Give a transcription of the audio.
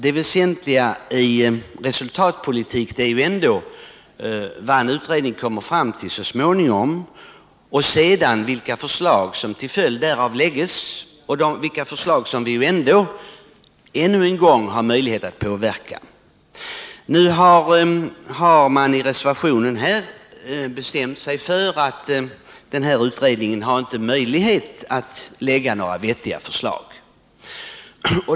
Det väsentliga i en resultatpolitik är ändå vad en utredning så småningom kommer fram till, vilka förslag som blir följden härav och vilka ställningstaganden som vi en gång får möjlighet att påverka. De som står bakom reservationen har nu bestämt sig för att den aktuella utredningen inte har möjlighet att lägga fram några vettiga förslag.